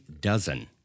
dozen